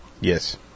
Yes